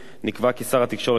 נקבע כי שר התקשורת יוכל,